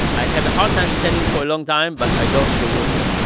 i have a hard time standing for a long time. but i don't need a wheelchair.